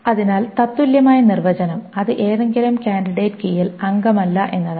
അതിനാൽ തത്തുല്യമായ നിർവചനം അത് ഏതെങ്കിലും കാൻഡിഡേറ്റ് കീയിൽ അംഗമല്ല എന്നതാണ്